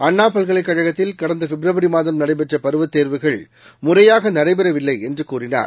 அண்ணாபல்கலைக்கழகத்தில் கடந்தபிப்ரவரிமாதம் நடைபெற்றபருவத் தேர்வுகள் முறையாகநடைபெறவில்லைஎன்றுகூறினார்